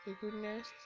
goodness